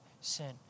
sin